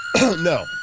No